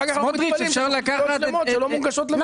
אחר כך מתפלאים --- שלא מונגשות למידע.